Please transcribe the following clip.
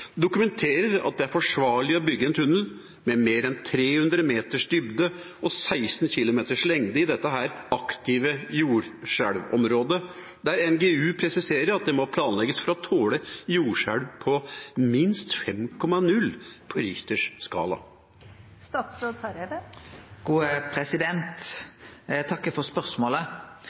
dokumenterer at det er forsvarlig å bygge en tunnel med mer enn 300 meters dybde og 16 km lengde i dette aktive jordskjelvområdet der NGU presiserer at det må planlegges for å tåle jordskjelv på minst 5,0 på Richters skala?»